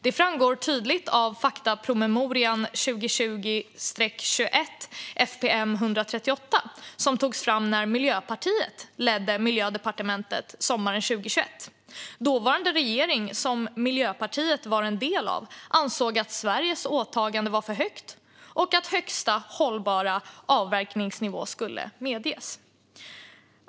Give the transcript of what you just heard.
Det framgår tydligt av faktapromemorian som togs fram när Miljöpartiet ledde Miljödepartementet sommaren 2021. Dåvarande regering, som Miljöpartiet var en del av, ansåg att Sveriges åtagande var för högt och att högsta hållbara avverkningsnivå skulle medges.